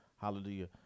Hallelujah